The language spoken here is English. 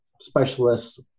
specialists